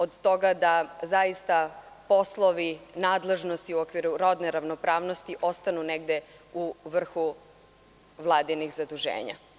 Od toga da zaista poslovi, nadležnosti u okviru rodne ravnopravnosti ostanu negde u vrhu Vladinih zaduženja.